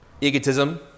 Egotism